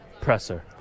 presser